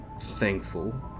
thankful